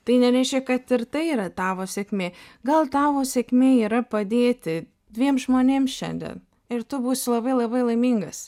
tai nereiškia kad ir tai yra tavo sėkmė gal tavo sėkmė yra padėti dviem žmonėm šiandien ir tu būsi labai labai laimingas